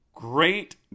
Great